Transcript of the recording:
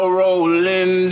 rolling